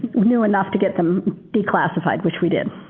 knew enough to get them declassified, which we did.